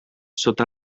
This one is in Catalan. sota